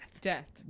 death